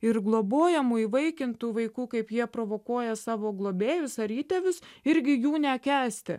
ir globojamų įvaikintų vaikų kaip jie provokuoja savo globėjus ar įtėvius irgi jų nekęsti